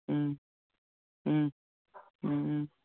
ꯎꯝ ꯎꯝ ꯎꯝ ꯎꯝ